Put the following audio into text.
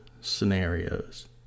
scenarios